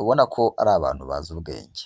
ubona ko ari abantu bazi ubwenge.